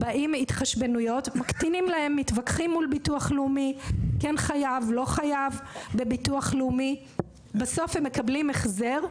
הם מתווכחים מול הביטוח הלאומי ובסוף מקבלים החזר,